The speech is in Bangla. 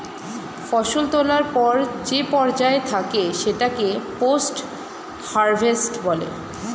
ফসল তোলার পর যে পর্যায় থাকে সেটাকে পোস্ট হারভেস্ট বলে